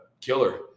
killer